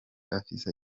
afsa